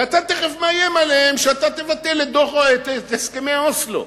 ואתה תיכף מאיים עליהם שתבטל את הסכמי אוסלו.